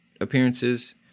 appearances